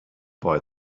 boy